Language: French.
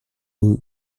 rue